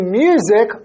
music